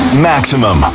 Maximum